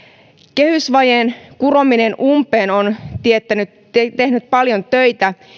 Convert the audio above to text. kehysvajeen kurominen umpeen on teettänyt paljon töitä